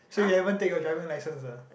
so you haven't take your driving license ah